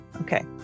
Okay